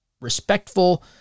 respectful